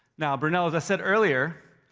now, brunello, as i said earlier,